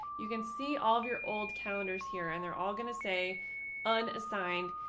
you can see all of your old calendars here and they're all going to say unassigned.